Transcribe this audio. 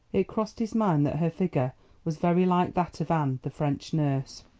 it crossed his mind that her figure was very like that of anne, the french nurse.